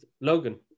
Logan